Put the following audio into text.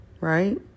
right